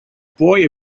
boy